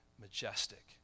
majestic